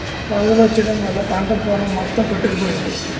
వరదొచ్చెయడం వల్లా పల్లం పొలం మొత్తం కొట్టుకుపోయింది